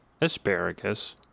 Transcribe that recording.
asparagus